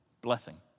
Blessing